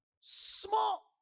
Small